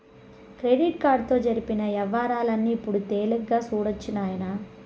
credit కార్డుతో జరిపిన యవ్వారాల్ని ఇప్పుడు తేలిగ్గా సూడొచ్చు నాయనా